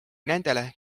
nendele